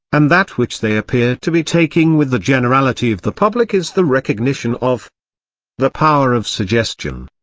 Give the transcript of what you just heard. and that which they appear to be taking with the generality of the public is the recognition of the power of suggestion.